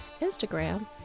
Instagram